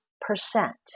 percent